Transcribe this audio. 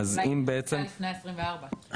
אולי היא נכנסה לפני ה-24.